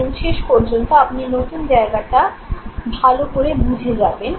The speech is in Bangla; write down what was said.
এবং শেষ পর্যন্ত আপনি নতুন জায়গাটা ভালো করে বুঝে যাবেন